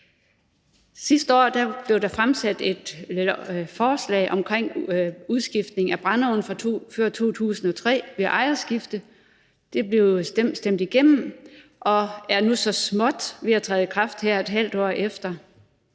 Sidste år blev der fremsat et forslag omkring udskiftning af brændeovne fra før 2003 ved ejerskifte. Det blev stemt igennem og er nu så småt ved at træde i kraft her et halvt år efter.